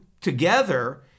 together